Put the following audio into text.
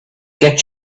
get